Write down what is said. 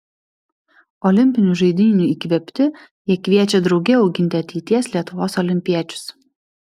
olimpinių žaidynių įkvėpti jie kviečia drauge auginti ateities lietuvos olimpiečius